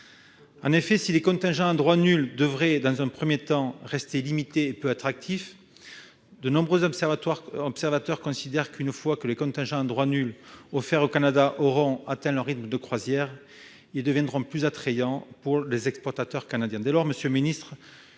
En effet, si les contingents à droit nul devraient dans un premier temps rester limités et peu attractifs, de nombreux observateurs considèrent qu'une fois que les contingents de cette nature offerts au Canada auront atteint leur rythme de croisière, ils deviendront plus attrayants pour les exportateurs canadiens.